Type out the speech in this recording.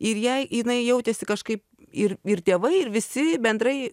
ir jai jinai jautėsi kažkaip ir ir tėvai ir visi bendrai